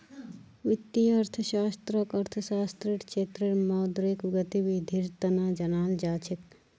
वित्तीय अर्थशास्त्ररक अर्थशास्त्ररेर क्षेत्रत मौद्रिक गतिविधीर तना जानाल जा छेक